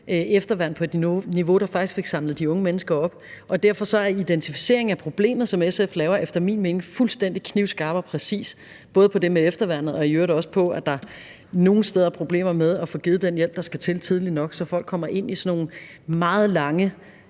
efterværn på et niveau, der faktisk fik samlet de unge mennesker op, og derfor er identificering af problemet, som SF laver, efter min mening fuldstændig knivskarp og præcis – både det med efterværn og jo også med det med, at der nogle steder er problemer med at få givet den hjælp, der skal til, tidligt nok, så folk kommer ind i sådan nogle meget lange